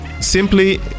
simply